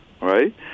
right